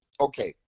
okay